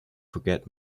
forget